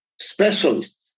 specialists